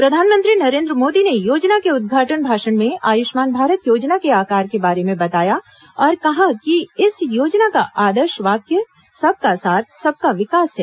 प्रधानमंत्री नरेंद्र मोदी ने योजना के उद्घाटन भाषण में आयुष्मान भारत योजना के आकार के बारे में बताया और कहा कि इस योजना का आदर्श वाक्य सबका साथ सबका विकास है